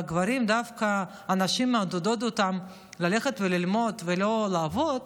והנשים מעודדות ללכת וללמוד ולא לעבוד,